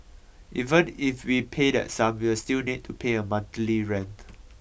even if we pay that sum we will still need to pay a monthly rent